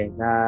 na